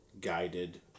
guided